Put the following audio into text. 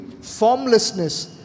formlessness